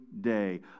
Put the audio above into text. day